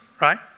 right